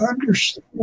understand